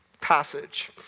passage